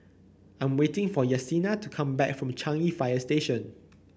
I'm waiting for Yessenia to come back from Changi Fire Station